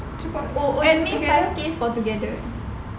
three point that means seven K all together